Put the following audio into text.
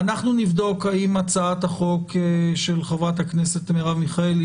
אנחנו נבדוק האם הצעת החוק של חברת הכנסת מרב מיכאלי,